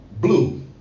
blue